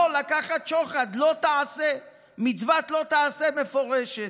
לא לקחת שוחד, לא תעשה, מצוות לא תעשה מפורשת.